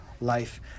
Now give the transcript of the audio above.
life